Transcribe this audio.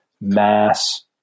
mass